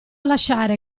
lasciare